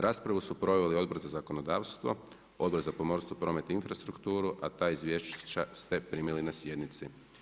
Raspravu su proveli Odbor za zakonodavstvo, Odbor za pomorstvo, promet i infrastrukturu, a ta izvješća ste primili na sjednici.